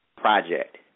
project